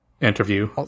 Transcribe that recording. interview